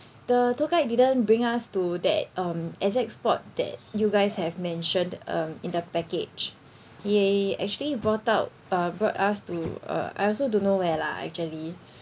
the tour guide didn't bring us to that um exact spot that you guys have mentioned um in the package ya he actually brought out uh brought us to uh I also don't know where lah actually